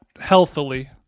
healthily